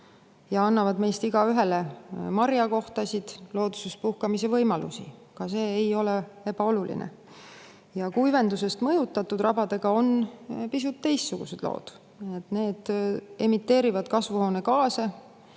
annavad meist igaühele marjakohtasid ja looduses puhkamise võimalusi. Ka see ei ole ebaoluline. Kuivendusest mõjutatud rabadega on pisut teistsugused lood. Need emiteerivad kasvuhoonegaase,